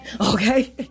Okay